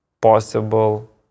possible